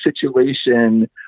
situation